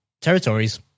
territories